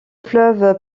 fleuve